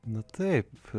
na taip